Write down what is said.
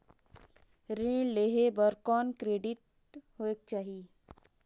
ऋण लेहे बर कौन क्रेडिट होयक चाही?